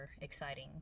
exciting